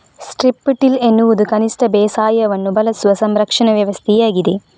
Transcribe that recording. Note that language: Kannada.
ಸ್ಟ್ರಿಪ್ ಟಿಲ್ ಎನ್ನುವುದು ಕನಿಷ್ಟ ಬೇಸಾಯವನ್ನು ಬಳಸುವ ಸಂರಕ್ಷಣಾ ವ್ಯವಸ್ಥೆಯಾಗಿದೆ